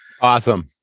awesome